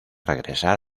regresar